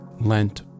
lent